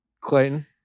Clayton